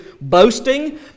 boasting